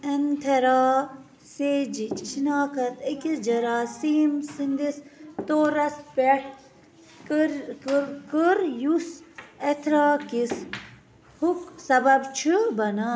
ایٚنتھرا سیجِچۍ شناخت أکِس جراثیٖم سٕنٛدِس طورس پٮ۪ٹھ کٔر یُس ایتھرا کس ہُک سبب چُھ بنان